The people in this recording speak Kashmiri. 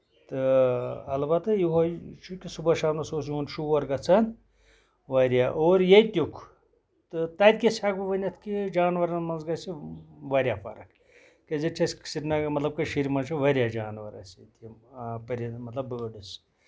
تہٕ اَلبتہٕ یِہوے چھُ کہِ صبُحن شامَن چھُ یِہُند شور گژھان واریاہ اور ییٚتیُک تہٕ تَتہِ کِس ہٮ۪کہٕ بہٕ ؤنِتھ کہِ جاناوارَن منٛز گژھِ واریاہ فرق تِکیازِ ییٚتہِ چھِ اَسہِ سرینگرٕ مطلب کٔشیٖرِ منٛز چھِ واریاہ جاناوار اَسہِ ییٚتہِ یِم پٔرِند مطلب بٲڈٕس حظ